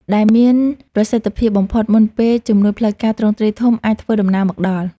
ដែលមានប្រសិទ្ធភាពបំផុតមុនពេលជំនួយផ្លូវការទ្រង់ទ្រាយធំអាចធ្វើដំណើរមកដល់។